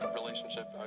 relationship